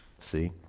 See